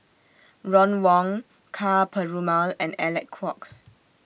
Ron Wong Ka Perumal and Alec Kuok